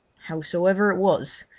howsoever it was,